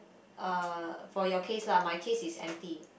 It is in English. uh for your case lah my case is empty